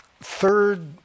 third